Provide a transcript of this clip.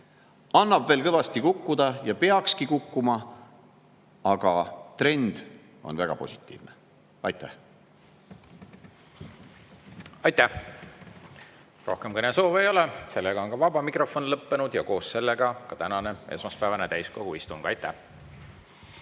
Annab veel kõvasti kukkuda ja peakski kukkuma, aga trend on väga positiivne. Aitäh! Rohkem kõnesoove ei ole, seega on vaba mikrofon lõppenud ja koos sellega ka tänane, esmaspäevane täiskogu istung. Aitäh!